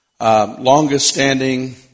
longest-standing